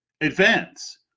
advance